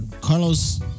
Carlos